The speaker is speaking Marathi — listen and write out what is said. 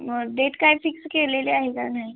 मग डेट काय फिक्स केलेली आहे का नाही